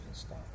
stop